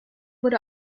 wurde